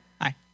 Hi